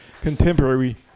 contemporary